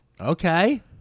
Okay